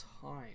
time